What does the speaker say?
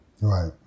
Right